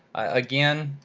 again,